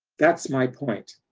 that's my point.